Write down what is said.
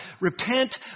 Repent